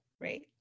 right